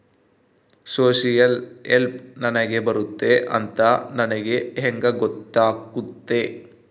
Social help ನನಗೆ ಬರುತ್ತೆ ಅಂತ ನನಗೆ ಹೆಂಗ ಗೊತ್ತಾಗುತ್ತೆ?